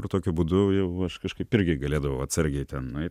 ir tokiu būdu jau aš kažkaip irgi galėdavau atsargiai ten nueit